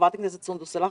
חברת הכנסת סונדוס סאלח,